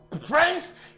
friends